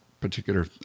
particular